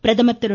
பிரதமர் திரு